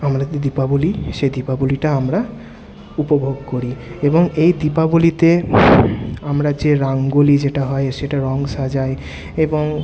আমরা যে দীপাবলি সেই দীপাবলিটা আমরা উপভোগ করি এবং এই দীপাবলিতে আমরা যে রঙ্গোলি যেটা হয় সেটা রঙ সাজাই এবং